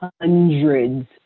hundreds